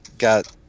Got